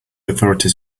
authorities